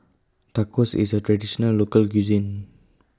Tacos IS A Traditional Local Cuisine